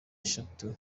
eshatu